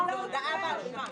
זו הודאה באחריות.